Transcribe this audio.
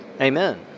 Amen